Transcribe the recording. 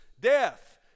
death